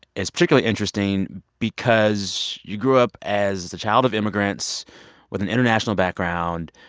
is particularly interesting because you grew up as the child of immigrants with an international background.